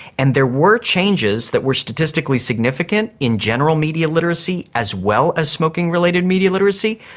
and there were changes that were statistically significant in general media literacy as well as smoking related media literacy,